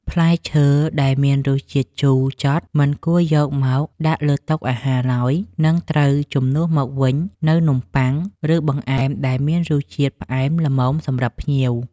ផ្លែឈើដែលមានរសជាតិជូរចត់មិនគួរយកមកដាក់លើតុអាហារឡើយ និងត្រូវជំនួសមកវិញនូវនំបុ័ង ឬបង្អែមដែលមានរសជាតិផ្អែមល្មមសម្រាប់ភ្ញៀវ។